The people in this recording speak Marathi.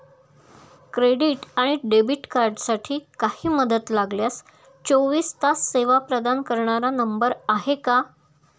क्रेडिट आणि डेबिट कार्डसाठी काही मदत लागल्यास चोवीस तास सेवा प्रदान करणारा नंबर आहे का?